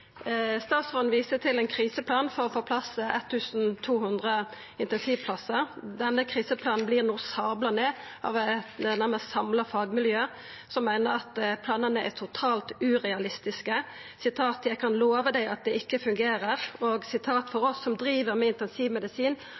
Statsråden viste til ein kriseplan for å få på plass 1 200 intensivplassar. Denne kriseplanen vert no sabla ned av eit nærmast samla fagmiljø, som meiner at planane er totalt urealistiske: «Jeg kan love deg at det ikke vil fungere.» «For oss som driver med intensivmedisin,